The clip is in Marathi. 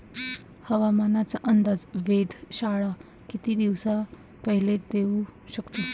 हवामानाचा अंदाज वेधशाळा किती दिवसा पयले देऊ शकते?